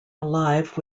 alive